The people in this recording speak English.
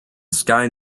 sky